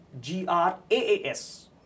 G-R-A-A-S